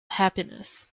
happiness